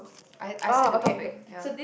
I I said the topic ya